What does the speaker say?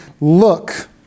look